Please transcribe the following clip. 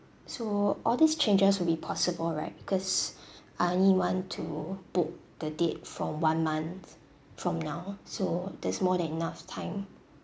so all these changes will be possible right because I only want to book the date from one month from now so there's more than enough time